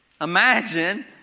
Imagine